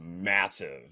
massive